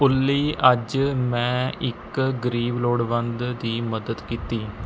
ਓਲੀ ਅੱਜ ਮੈਂ ਇੱਕ ਗਰੀਬ ਲੋੜਵੰਦ ਦੀ ਮਦਦ ਕੀਤੀ